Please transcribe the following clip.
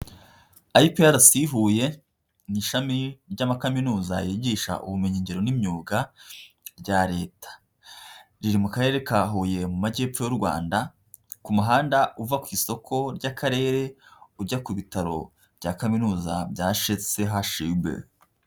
IPRC Huye ni ishami ry'amakaminuza yigisha ubumenyigiro n'imyuga rya Leta, riri mu karere ka Huye mu majyepfo y'u Rwanda ku muhanda uva ku isoko ry'Akarere, ujya ku bitaro bya kaminuza bya CHUB.